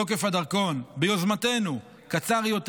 תוקף הדרכון ביוזמתנו קצר יותר,